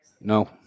No